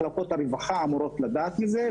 מחלקות הרווחה אמורות לדעת מזה.